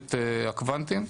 ותוכנית הקוונטים.